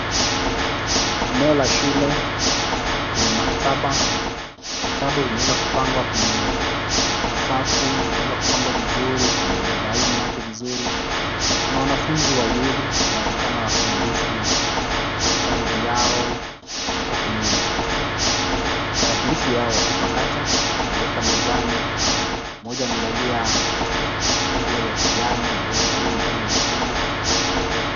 Eneo la shule kwenye maktaba. Vitabu vimeweza kupangwa kwenye safu. Vimeweza kupangwa vizuri kwenye laini yake vizuri. Kuna wanafunzi wawili wanaonekana wakidurusu vitabu vyao hapo kwenye tarakilishi yao ya kupakata. Wameiweka mezani. Mmoja amevalia nguo ya kijani mwingine amevalia nguo nyekundu.